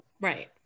Right